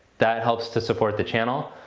that helps to support the channel.